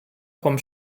vom